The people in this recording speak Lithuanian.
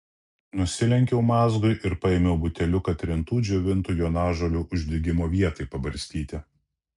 nusilenkiau mazgui ir paėmiau buteliuką trintų džiovintų jonažolių uždegimo vietai pabarstyti